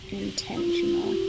intentional